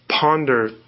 ponder